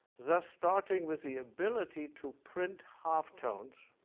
thus starting with the ability to print halftones,